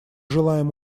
желаем